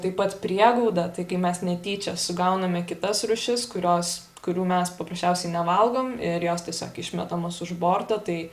taip pat prieglauda tai kai mes netyčia sugauname kitas rūšis kurios kurių mes paprasčiausiai nevalgom ir jos tiesiog išmetamos už borto tai